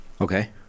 Okay